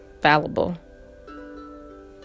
fallible